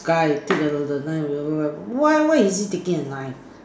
guy take why why is he taking a knife